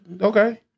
okay